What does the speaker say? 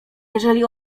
jeżeli